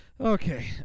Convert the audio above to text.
Okay